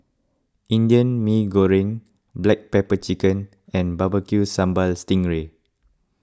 Indian Mee Goreng Black Pepper Chicken and Barbecue Sambal Sting Ray